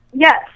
Yes